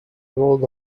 world